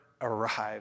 arrive